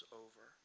over